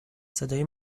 صدای